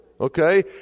okay